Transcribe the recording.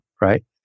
right